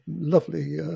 lovely